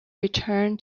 return